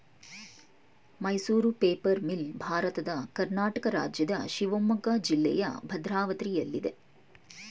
Mysuru paper mill ಭಾರತದ ಕರ್ನಾಟಕ ರಾಜ್ಯದ ಶಿವಮೊಗ್ಗ ಜಿಲ್ಲೆಯ ಭದ್ರಾವತಿಯಲ್ಲಯ್ತೆ